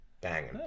banging